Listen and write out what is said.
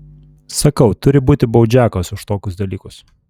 sakau turi būti baudžiakas už tokius dalykus